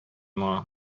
моңа